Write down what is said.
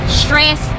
stress